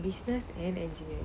business energy